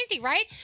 right